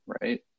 right